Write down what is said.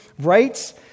rights